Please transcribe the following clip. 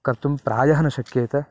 कर्तुं प्रायः न शक्यते